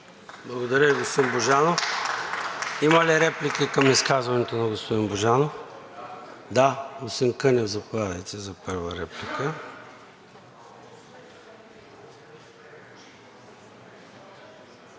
Благодаря, господин Божанов. Има ли реплики към изказването на господин Божанов? Господин Кънев, заповядайте за първа реплика.